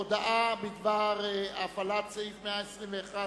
הודעה בדבר הפעלת סעיף 121